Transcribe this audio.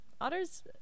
Otters